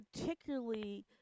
particularly